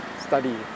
study